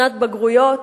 שנת בגרויות,